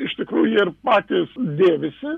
iš tikrųjų jie ir patys dėvisi